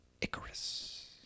Icarus